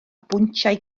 bwyntiau